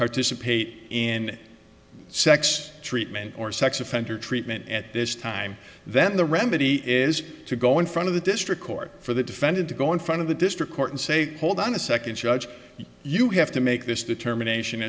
participate in sex treatment or sex offender treatment at this time then the remedy is to go in front of the district court for the defendant to go in front of the district court and say hold on a second judge you have to make this determination